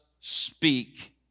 speak